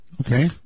Okay